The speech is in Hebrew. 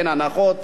אין הנחות.